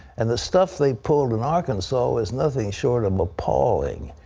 and the stuff they pulled in arkansas is nothing short of appalling.